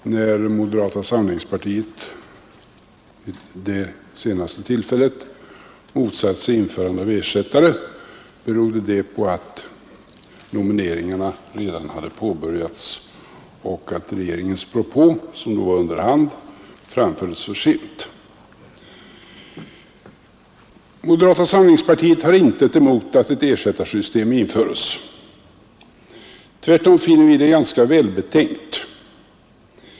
När moderata samlingspartiet vid det senaste tillfället motsatte sig införandet av ersättare, berodde det på att nomineringarna redan hade påbörjats och att regeringens propå, som framfördes under hand, kom för sent. Moderata samlingspartiet har intet emot att ett ersättarsystem införes; tvärtom finner vi det ganska välbetänkt.